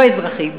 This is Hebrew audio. לא אזרחי,